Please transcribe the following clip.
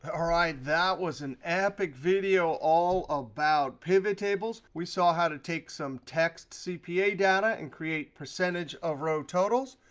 all right, that was an epic video all about pivottables. we saw how to take some text cpa data and create percentage of row totals.